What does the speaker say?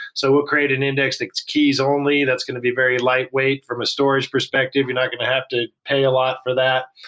so we'll create an index like that's keys only that's going to be very lightweight from a storage perspective. you're not going to have to pay a lot for that.